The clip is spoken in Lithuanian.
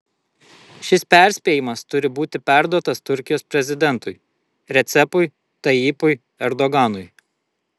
šis perspėjimas turi būti perduotas turkijos prezidentui recepui tayyipui erdoganui